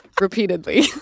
Repeatedly